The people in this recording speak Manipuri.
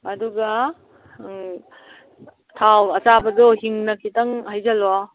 ꯑꯗꯨꯒ ꯊꯥꯎ ꯑꯆꯥꯕꯗꯣ ꯍꯤꯡꯅ ꯈꯤꯇꯪ ꯍꯩꯖꯜꯂꯣ